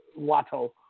Watto